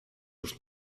już